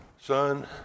Son